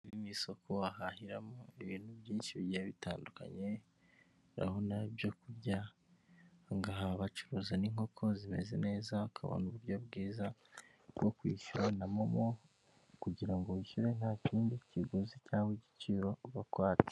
Iri ni isoko bahahiramo ibintu byinshi biigiye bitandukanye, urabona ibyo kurya. Ahangaha bacuruza n'inkoko zimeze neza, ukabona uburyo bwiza bwo kwishyura na momo kugira ngo wishyure nta kindi kiguzi cyangwa igiciro bakwate.